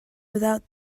without